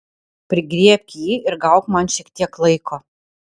prigriebk jį ir gauk man šiek tiek laiko